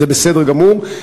זה בסדר גמור.